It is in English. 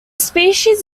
species